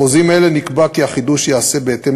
בחוזים אלה נקבע כי החידוש ייעשה בהתאם